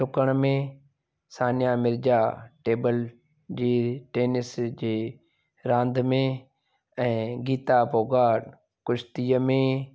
ॾुकण में सान्या मिर्जा टेबिल जी टेनिस जी रांदि में ऐं गीता फोगाट कुश्तीअ में